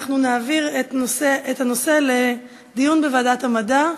אנחנו נעביר את הנושא לדיון בוועדת המדע.